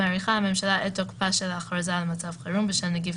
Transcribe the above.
מאריכה הממשלה את תוקפה של ההכרזה על מצב חירום בשל נגיף